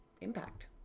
impact